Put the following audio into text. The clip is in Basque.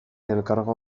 elkargoa